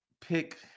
pick